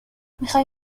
میخوای